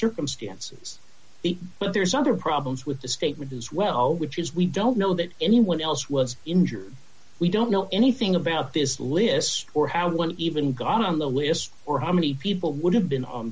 circumstances but there's other problems with the statement as well which is we don't know that anyone else was injured we don't know anything about this list or how one even got on the list or how many people would have